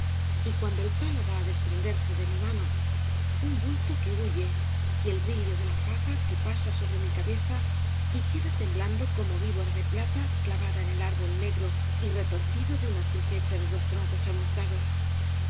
y cuando el palo va á desprenderse de mi mano un bulto que huye y el brillo de la faca obras de valle inclan que pasa sobre mi cabeza y queda temblando como víbora de plata clavada en el árbol negro y retorcido de una cruz hecha de dos troncos chamuscados